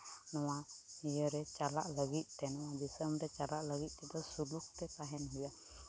ᱱᱚᱣᱟ ᱤᱭᱟᱹ ᱨᱮ ᱪᱟᱞᱟᱜ ᱞᱟᱹᱜᱤᱫ ᱛᱮ ᱫᱤᱥᱚᱢ ᱨᱮ ᱪᱟᱞᱟᱜ ᱞᱟᱹᱜᱤᱫ ᱛᱮᱫᱚ ᱥᱩᱞᱩᱠ ᱛᱮ ᱛᱟᱦᱮᱱ ᱦᱩᱭᱩᱜᱼᱟ